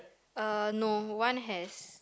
uh no one has